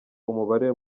umubare